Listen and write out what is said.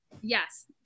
Yes